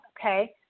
okay